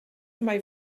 mai